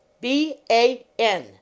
B-A-N